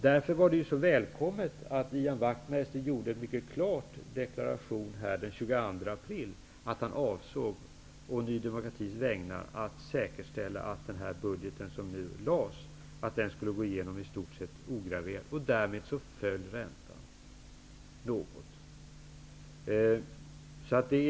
Därför var det så välkommet att Ian Wachtmeister gjorde en mycket klar deklaration på Ny demokratis vägnar den 22 april, att han avsåg att säkerställa att budgeten som lades fram skulle gå igenom i stort sett ograverad. Därmed föll räntan något.